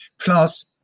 Plus